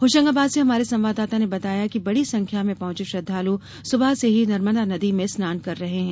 होशंगाबाद से हमारे संवाददाता ने बताया है कि बड़ी संख्या में पहुंचे श्रद्वाल सुबह से ही नर्मदा नदी में स्नान कर रहे हैं